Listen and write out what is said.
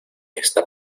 esta